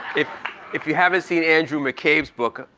if if you haven't seen andrew mccabe's book,